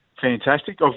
fantastic